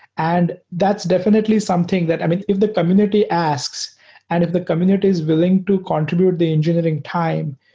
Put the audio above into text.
and that's definitely something that i mean, if the community asks and if the community is willing to contribute the engineering time,